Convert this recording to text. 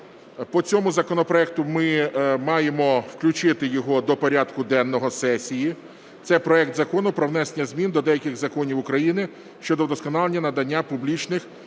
По цьому законопроекту ми маємо включити його до порядку денного сесії. Це проект Закону про внесення змін до деяких законів України щодо вдосконалення надання публічних